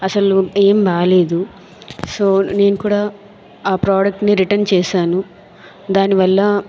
అసలు ఏం బాగలేదు సో నేను కూడా ఆ ప్రోడక్ట్ ని రిటర్న్ చేశాను దాని వల్ల